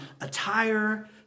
attire